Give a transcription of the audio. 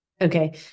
Okay